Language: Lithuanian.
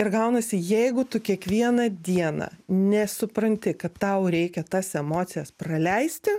ir gaunasi jeigu tu kiekvieną dieną nesupranti kad tau reikia tas emocijas praleisti